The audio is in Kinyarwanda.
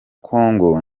kongo